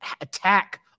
attack